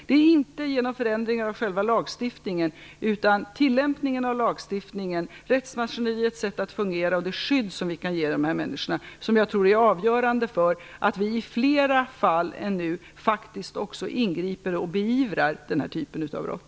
Det sker inte genom förändringar av själva lagstiftningen, utan det är tilllämpningen av lagstiftningen, rättsmaskineriets sätt att fungera och det skydd som vi kan ge dessa människor som är avgörande för att vi i flera fall än nu också ingriper och beivrar den här typen av brott.